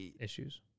issues